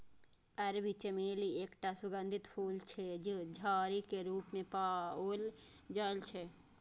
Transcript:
अरबी चमेली एकटा सुगंधित फूल छियै, जे झाड़ी के रूप मे पाओल जाइ छै